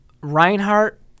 Reinhardt